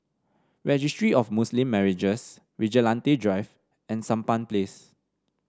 Registry of Muslim Marriages Vigilante Drive and Sampan Place